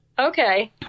Okay